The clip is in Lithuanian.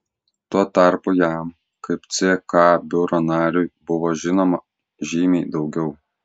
tuo tarpu jam kaip ck biuro nariui buvo žinoma žymiai daugiau